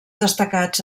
destacats